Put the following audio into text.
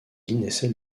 naissait